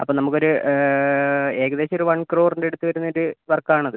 അപ്പോൾ നമുക്കൊരു ഏകദേശം ഒരു വൺ ക്രോറിൻ്റെ അടുത്ത് വരുന്ന വർക്ക് ആണത്